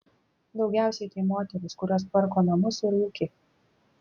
daugiausiai tai moterys kurios tvarko namus ir ūkį